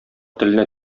теленә